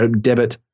debit